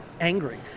angry